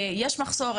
יש מחסור,